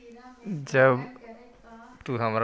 जब बारिसबा नय होब है तो कैसे पटब हखिन अपने?